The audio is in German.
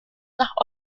nach